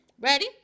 Ready